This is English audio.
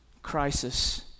Crisis